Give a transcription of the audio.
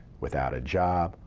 without a job,